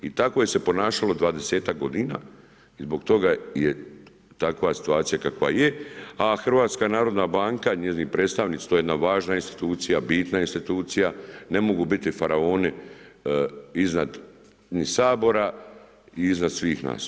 I tako se je ponašalo 20-ak godina i zbog toga je takva situacija kakva je a HNB i njezin predstavnik, to je jedna važna institucija, bitna institucija, ne mogu biti faraoni iznad ni Sabora i iznad svih nas.